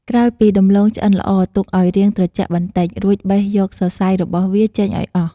ក្រោយពីដំឡូងឆ្អិនល្អ ទុកឲ្យរាងត្រជាក់បន្តិច រួចបេះយកសរសៃរបស់វាចេញឲ្យអស់។